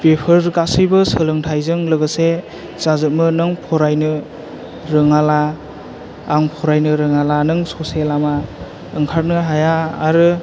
बेफोर गासिबो सोलोंथाइजों लोगोसे जाजोबो नों फरायनो रोङाब्ला आं फरायनो रोङाब्ला नों ससे लामा ओंखारनो हाया आरो